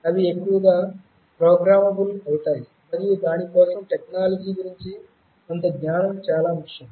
అవి ఎక్కువగా ప్రోగ్రామబుల్ అవుతాయి మరియు దాని కోసం టెక్నాలజీ గురించి కొంత జ్ఞానం చాలా ముఖ్యం